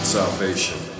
Salvation